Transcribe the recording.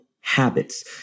habits